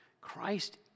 Christ